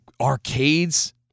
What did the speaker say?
arcades